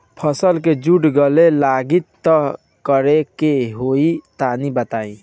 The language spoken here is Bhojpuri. फसल के जड़ गले लागि त का करेके होई तनि बताई?